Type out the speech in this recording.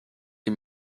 sie